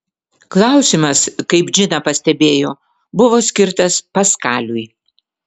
klausimas kaip džina pastebėjo buvo skirtas paskaliui